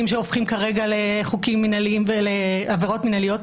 שהופכים כרגע לחוקים מינהליים ולעבירות מינהליות,